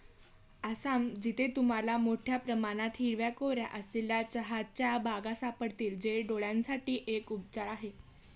आसाम, जिथे तुम्हाला मोठया प्रमाणात हिरव्या कोऱ्या असलेल्या चहाच्या बागा सापडतील, जे डोळयांसाठी एक उपचार आहे